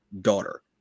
daughter